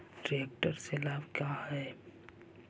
Tractor से का लाभ है?